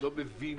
לא מבין